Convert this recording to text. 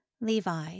Levi